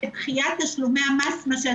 זו הדרך היחידה למס רכוש שתיתן מענה.